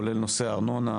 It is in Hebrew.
כולל נושא הארנונה,